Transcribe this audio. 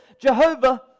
Jehovah